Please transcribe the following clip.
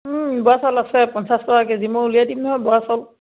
বৰা চাউল আছে পঞ্চাছ টকা কে জি মই উলিয়াই দিম নহয় বৰা চাউল